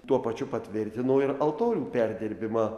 tuo pačiu patvirtino ir altorių perdirbimą